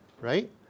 right